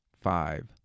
five